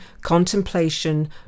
contemplation